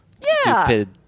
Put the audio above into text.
stupid